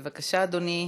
בבקשה, אדוני,